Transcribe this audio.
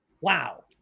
Wow